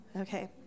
Okay